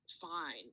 fine